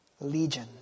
legion